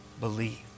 believe